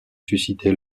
susciter